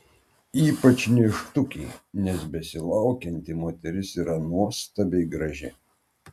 ypač nėštukei nes besilaukianti moteris yra nuostabiai graži